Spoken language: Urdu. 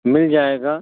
مل جائے گا